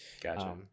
Gotcha